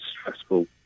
stressful